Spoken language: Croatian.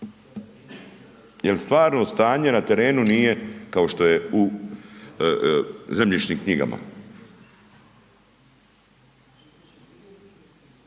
Jer stvarno stanje na terenu nije, kao što je u zemljišnim knjigama.